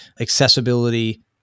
accessibility